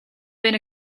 been